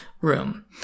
room